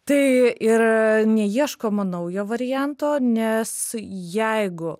tai ir neieškoma naujo varianto nes jeigu